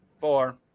four